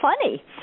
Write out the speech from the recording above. funny